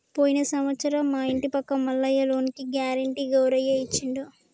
పోయిన సంవత్సరం మా ఇంటి పక్క మల్లయ్య లోనుకి గ్యారెంటీ గౌరయ్య ఇచ్చిండు